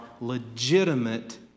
legitimate